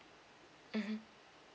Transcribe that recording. mmhmm